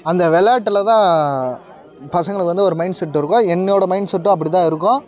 அந்த விளாட்டுல தான் பசங்களுக்கு வந்து ஒரு மைண்ட்செட் இருக்கும் என்னோடய மைண்ட்செட்டும் அப்படி தான் இருக்கும்